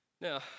Now